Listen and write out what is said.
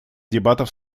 дебатов